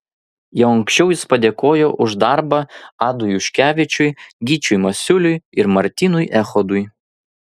jau anksčiau jis padėkojo už darbą adui juškevičiui gyčiui masiuliui ir martynui echodui